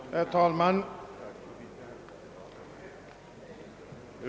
Herr talman!